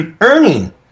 earning